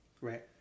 Right